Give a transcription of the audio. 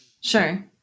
Sure